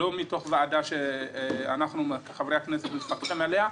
זה לא מתוך ועדה שאנחנו כחברי הכנסת --- אליה,